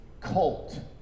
cult